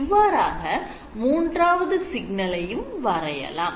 இவ்வாறாக மூன்றாவது சிக்னலையும் வரையலாம்